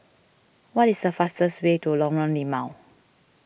what is the fastest way to Lorong Limau